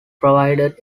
provided